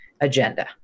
agenda